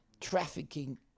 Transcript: trafficking